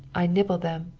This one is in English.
i nibble them.